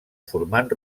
formant